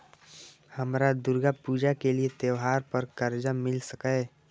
हमरा दुर्गा पूजा के लिए त्योहार पर कर्जा मिल सकय?